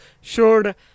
showed